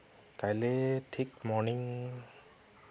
কাইলে ঠিক মৰ্নিং